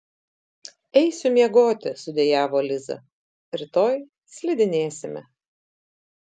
eisiu miegoti sudejavo liza rytoj slidinėsime